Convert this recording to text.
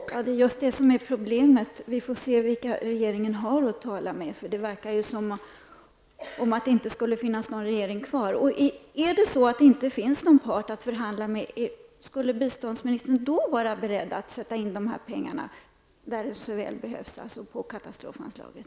Herr talman! Det är just det som är problemet. Vi får se vilka regeringen har att tala med. Det verkar ju som om det inte skulle finnas någon regering kvar. Om det inte finns någon part att förhandla med, är biståndsministern då beredd att sätta in dessa pengar där de så väl behövs, dvs. inom katastrofanslaget?